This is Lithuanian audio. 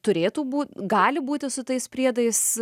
turėtų bū gali būti su tais priedais